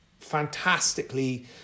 fantastically